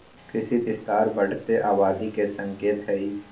कृषि विस्तार बढ़ते आबादी के संकेत हई